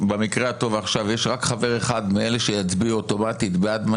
עכשיו נמצא רק חבר אחד מאלה שיצביעו אוטומטית בעד מה